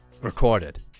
recorded